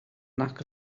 nac